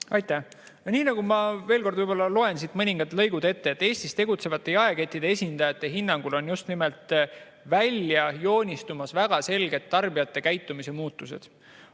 Aitäh! Ma veel kord loen siit mõningad lõigud ette. Eestis tegutsevate jaekettide esindajate hinnangul on just nimelt välja joonistumas väga selgelt tarbijate käitumise muutused.